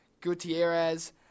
Gutierrez